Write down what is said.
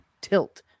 Tilt